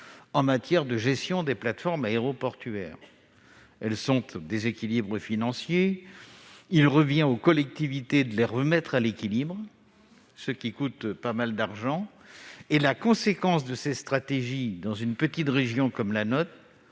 en matière de gestion des plateformes aéroportuaires. Celles-ci sont en déséquilibre financier. Il revient aux collectivités de les remettre à l'équilibre, ce qui représente un coût important. La conséquence de cette stratégie dans une petite région comme la nôtre,